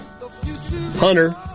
Hunter